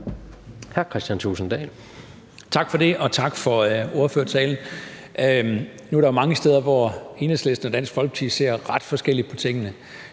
15:03 Kristian Thulesen Dahl (DF): Tak for det, og tak for ordførertalen. Nu er der mange steder, hvor Enhedslisten og Dansk Folkeparti ser ret forskelligt på tingene,